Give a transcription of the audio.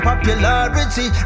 Popularity